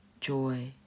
joy